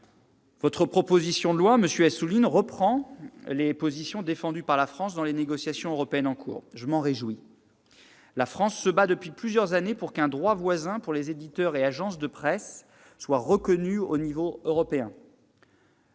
Votre proposition de loi, monsieur Assouline, reprend les positions défendues par la France dans les négociations européennes en cours. Je m'en réjouis. La France se bat depuis plusieurs années pour qu'un droit voisin pour les éditeurs et les agences de presse soit reconnu à l'échelon européen,